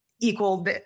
equal